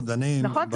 נכון,